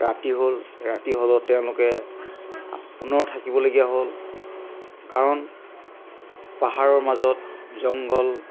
ৰাতি হ'ল ৰাতি হ'লত তেওঁলোকে পুনৰ থাকিবলগীয়া হ'ল কাৰণ পাহাৰৰ মাজত জংঘল